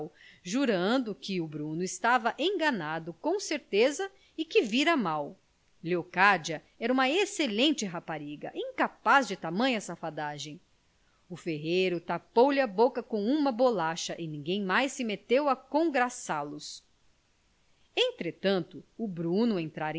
jurando que o bruno estava enganado com certeza e que vira mal leocádia era uma excelente rapariga incapaz de tamanha safadagem o ferreiro tapou lhe a boca com uma bolacha e ninguém mais se meteu a congraçá los entretanto o bruno entrara